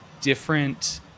different